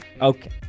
okay